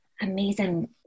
amazing